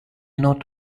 not